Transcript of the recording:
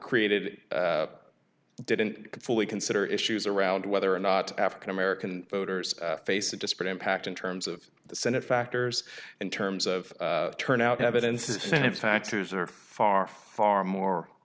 created didn't fully consider issues around whether or not african american voters face a disparate impact in terms of the senate factors in terms of turnout evidence isn't it factors are far far more